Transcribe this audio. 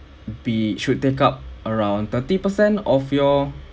be should take up around thirty percent of your